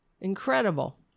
incredible